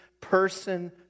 person